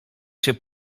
się